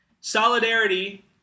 Solidarity